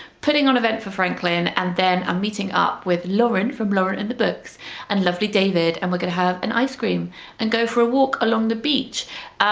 putting on event for franklin and then i'm meeting up with lauren from lauren and the books and lovely david and we're going to have an ice cream and go for a walk along the beach.